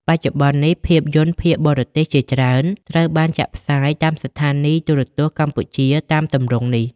បច្ចុប្បន្ននេះ ភាពយន្តភាគបរទេសជាច្រើនត្រូវបានចាក់ផ្សាយតាមស្ថានីយ៍ទូរទស្សន៍កម្ពុជាតាមទម្រង់នេះ។